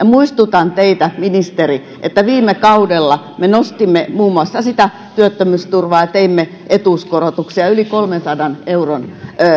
muistutan teitä ministeri että viime kaudella me nostimme muun muassa sitä työttömyysturvaa ja teimme etuuskorotuksia yli kolmensadan